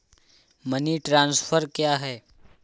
Money transfer क्या है?